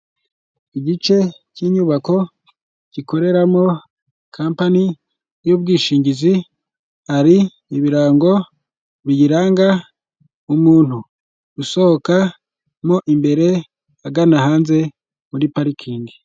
Igice cy'inyubako gikoreramo kampani y'ubwishingizi, hari ibirango biyiranga, umuntu usohokamo imbere agana hanze muri parikingi.